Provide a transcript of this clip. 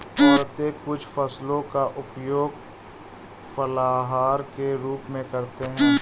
औरतें कुछ फसलों का उपयोग फलाहार के रूप में करते हैं